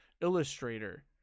illustrator